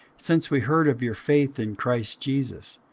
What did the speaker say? since we heard of your faith in christ jesus,